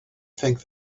think